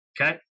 okay